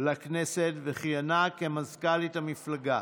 וכיהנה כמזכ"לית המפלגה.